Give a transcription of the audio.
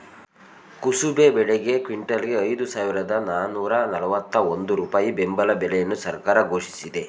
ಕುಸುಬೆ ಬೆಳೆಗೆ ಕ್ವಿಂಟಲ್ಗೆ ಐದು ಸಾವಿರದ ನಾನೂರ ನಲ್ವತ್ತ ಒಂದು ರೂಪಾಯಿ ಬೆಂಬಲ ಬೆಲೆಯನ್ನು ಸರ್ಕಾರ ಘೋಷಿಸಿದೆ